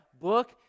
book